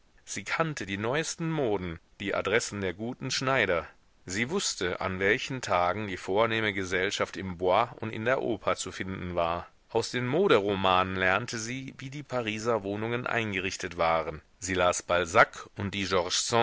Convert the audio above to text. sie kannte die neuesten moden die adressen der guten schneider sie wußte an welchen tagen die vornehme gesellschaft im bois und in der oper zu finden war aus den moderomanen lernte sie wie die pariser wohnungen eingerichtet waren sie las balzac und die